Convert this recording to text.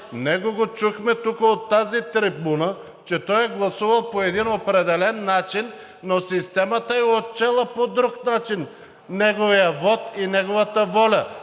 неговия вот и неговата воля.